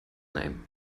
name